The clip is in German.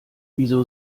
wieso